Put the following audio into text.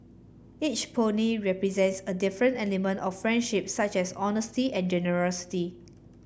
each pony represents a different element of friendship such as honesty and generosity